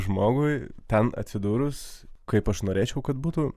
žmogui ten atsidūrus kaip aš norėčiau kad būtų